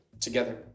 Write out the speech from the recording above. together